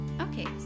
Okay